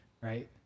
right